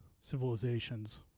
civilizations